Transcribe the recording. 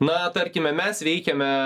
na tarkime mes veikiame